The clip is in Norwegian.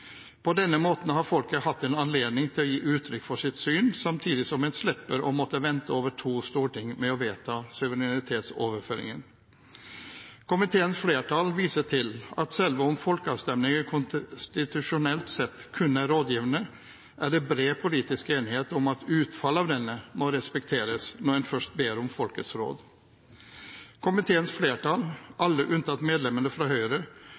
På denne måten har folket hatt anledning til å gi uttrykk for sitt syn, samtidig som en slipper å måtte vente over to storting med å vedta suverenitetsoverføringen. Komiteens flertall viser til at selv om folkeavstemninger konstitusjonelt sett kun er rådgivende, er det bred politisk enighet om at utfallet av denne må respekteres når en først ber om folkets råd. Komiteens flertall, alle unntatt medlemmene fra Høyre,